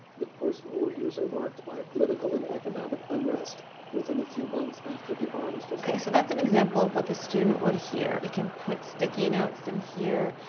the postwar years are marked by political and economic unrest within a few months after the arms okay, so that's an example of what the student would hear. they can put sticky notes in here.